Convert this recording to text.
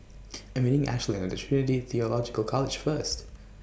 I'm meeting Ashlynn At Trinity Theological College First